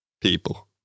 people